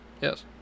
Yes